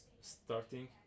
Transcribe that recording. starting